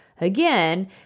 again